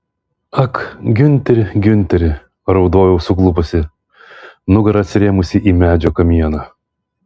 ak giunteri giunteri raudojau suklupusi nugara atsirėmusi į medžio kamieną